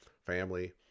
family